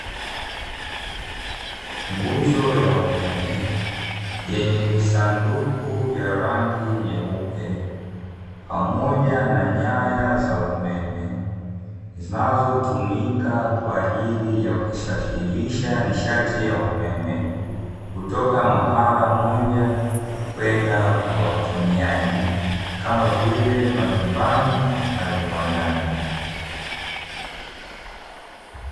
Nguzo ya umeme yenye visanduku vya rangi nyeupe pamoja na nyaya za umeme zinazotumika kwa ajili ya kusafirisha nishati ya umeme, kutoka sehemu moja kwenda kwa watumiaji; kama vile majumbani na viwandani.